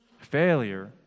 Failure